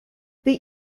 they